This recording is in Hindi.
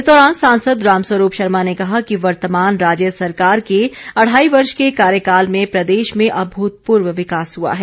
इस दौरान सांसद रामस्वरूप शर्मा ने कहा कि वर्तमान राज्य सरकार के अढ़ाई वर्ष के कार्यकाल में प्रदेश में अभूतपूर्व विकास हुआ है